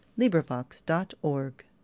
LibriVox.org